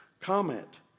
comment